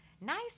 nice